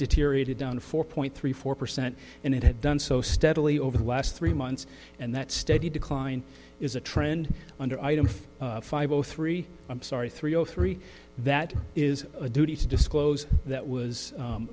deteriorated down to four point three four percent and it had done so steadily over the last three months and that steady decline is a trend under item five zero three i'm sorry three zero three that is a duty to disclose that was